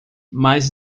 mas